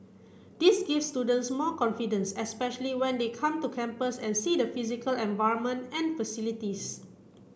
this gives students more confidence especially when they come to campus and see the physical environment and facilities